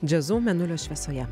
džiazu mėnulio šviesoje